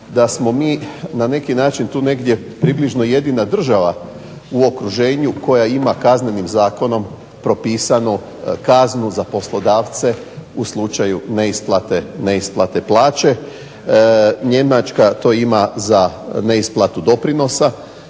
da smo mi na neki način negdje približno jedina država u okruženju koja ima Kaznenim zakonom propisano kaznu za poslodavce u slučaju neisplate plaće. Njemačka to ima za isplatu doprinosa,